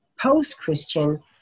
post-Christian